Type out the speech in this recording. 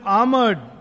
armored